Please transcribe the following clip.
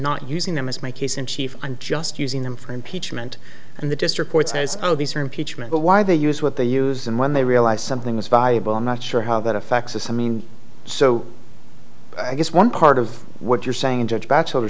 not using them as my case in chief i'm just using them for impeachment and the district court says oh these are impeachment but why they use what they use and when they realize something is valuable i'm not sure how that affects us i mean so i guess one part of what you're saying judge batchelor